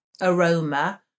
aroma